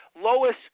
Lois